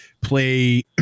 play